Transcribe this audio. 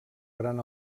gran